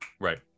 Right